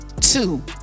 Two